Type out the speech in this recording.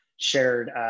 shared